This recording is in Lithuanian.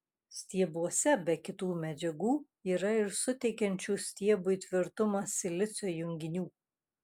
stiebuose be kitų medžiagų yra ir suteikiančių stiebui tvirtumą silicio junginių